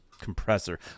compressor